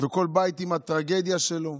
וכל בית עם הטרגדיה שלו,